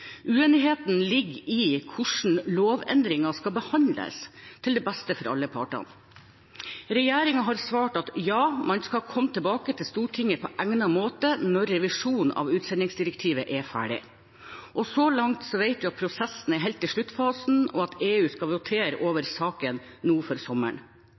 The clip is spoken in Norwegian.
Uenigheten ligger i hvordan lovendringen skal behandles til det beste for alle parter. Regjeringen har svart at ja, man skal komme tilbake til Stortinget på egnet måte når revisjonen av utsendingsdirektivet er ferdig. Så langt vet vi at prosessen er helt i sluttfasen, og at EU skal votere over saken nå før sommeren.